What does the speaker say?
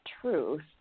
truth